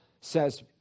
says